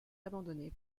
abandonnée